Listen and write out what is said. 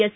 S